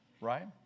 right